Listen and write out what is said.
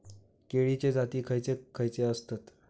केळीचे जाती खयचे खयचे आसत?